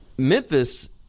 Memphis